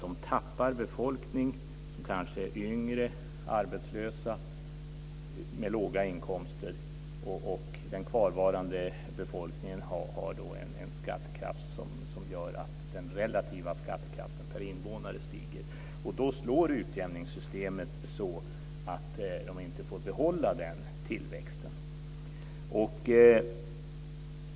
De tappar befolkning - kanske yngre och arbetslösa med låga inkomster - och den kvarvarande befolkningen har en skattekraft som gör att den relativa skattekraften per invånare stiger. Då slår utjämningssystemet så att de inte får behålla den tillväxten.